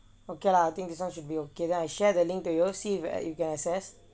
okay lah I think this [one] should be okay then I share the link to you see if you can access